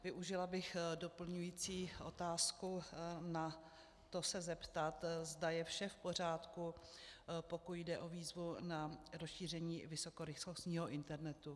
Využila bych doplňující otázku na to se zeptat, zda je vše v pořádku, pokud jde o výzvu na rozšíření vysokorychlostního internetu.